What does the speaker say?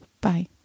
Bye